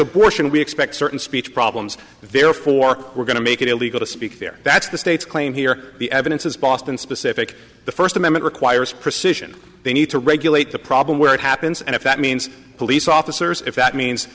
abortion we expect certain speech problems therefore we're going to make it illegal to speak there that's the state's claim here the evidence is boston specific the first amendment requires precision they need to regulate the problem where it happens and if that means police officers if that means